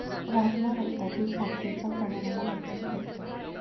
राजमा रक्तातील साखरेच्या प्रमाणाला मध्यम करतो